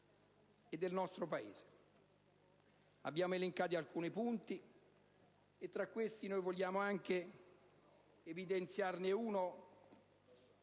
Abbiamo elencato alcuni punti, e tra questi vogliamo evidenziarne uno